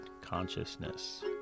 consciousness